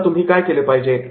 आता तुम्ही काय केले पाहिजे